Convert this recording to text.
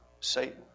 Satan